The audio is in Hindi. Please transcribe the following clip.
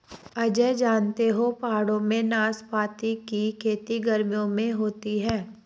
अजय जानते हो पहाड़ों में नाशपाती की खेती गर्मियों में होती है